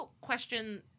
question